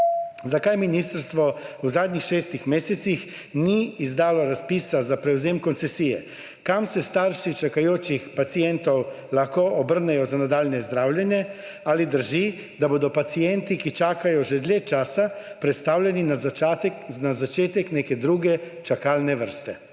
Zakaj ministrstvo v zadnjih šestih mesecih ni izdalo razpisa za prevzem koncesije? Kam se starši čakajočih pacientov lahko obrnejo za nadaljnje zdravljenje? Ali drži, da bodo pacienti, ki čakajo že dlje časa, prestavljeni na začetek neke druge čakalne vrste?